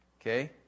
Okay